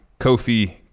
Kofi